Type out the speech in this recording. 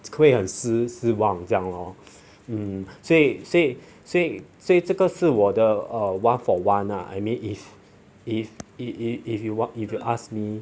会很失失望这样哦嗯所以所以所以这个是我的 err one for one lah I mean if if if if you want if you ask me